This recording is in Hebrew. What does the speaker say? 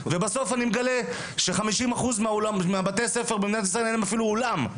ובסוף אני מגלה ש-50 אחוז מבתי הספר במדינת ישראל אין להם אפילו אולם,